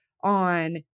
on